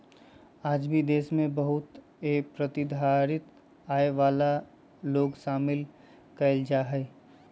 आज भी देश में बहुत ए प्रतिधारित आय वाला लोग शामिल कइल जाहई